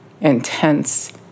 intense